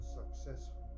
successful